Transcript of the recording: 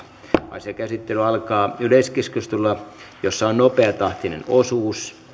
asian käsittely alkaa yleiskeskustelulla jossa on nopeatahtinen osuus